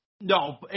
No